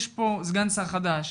יש פה סגן שר חדש,